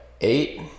eight